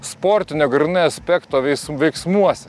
sportinio grynai aspekto veiksmuose